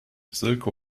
silke